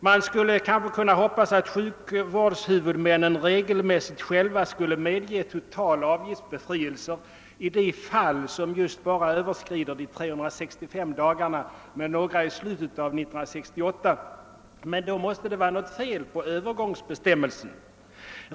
Vi kan kanske hoppas att sjukvårdshuvudmännen regelmässigt själva medger total avgiftsbefrielse i de fall då de 365 dagarna endast överskrids med några dagar i slutet av 1968, men något fel på övergångsbestämmelserna måste det vara.